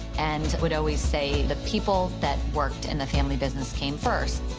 and would always say the people that worked in the family business came first.